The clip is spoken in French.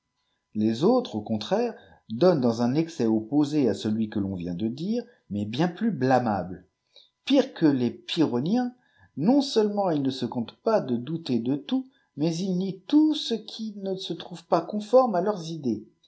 faciles autres au contraire dpnnent dans un excès opposé à celui qiipl'cfi vient de dire mais bien plus blâmable pires que les pyitbonnjens non seulement ils ne se contentent pas de douter de tojit mars ils nient tout ce qui ne se trouve pas conforme à leurs idçs